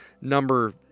number